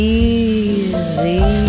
easy